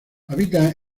habita